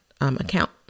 account